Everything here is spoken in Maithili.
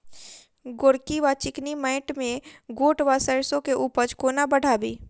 गोरकी वा चिकनी मैंट मे गोट वा सैरसो केँ उपज कोना बढ़ाबी?